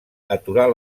aturar